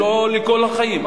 לא לכל החיים,